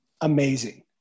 amazing